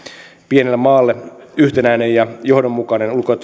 pienelle maalle yhtenäinen ja johdonmukainen ulko ja